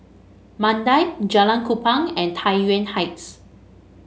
Mandai Jalan Kupang and Tai Yuan Heights